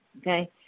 okay